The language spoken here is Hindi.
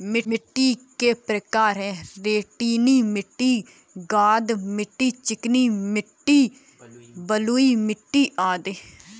मिट्टी के प्रकार हैं, रेतीली मिट्टी, गाद मिट्टी, चिकनी मिट्टी, बलुई मिट्टी अदि